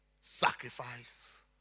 Sacrifice